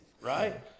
right